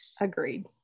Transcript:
Agreed